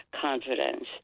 confidence